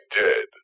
dead